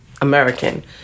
American